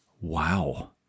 Wow